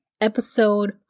episode